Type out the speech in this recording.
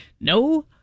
no